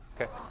Okay